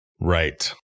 right